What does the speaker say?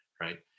right